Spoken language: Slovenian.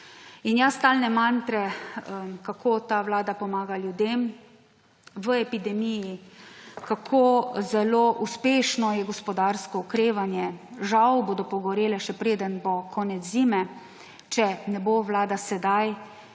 In jaz stalne mantre, kako ta vlada pomaga ljudem v epidemiji, kako zelo uspešno je gospodarsko okrevanje. Žal bodo pogorele, še preden bo konec zime, če ne bo Vlada sedaj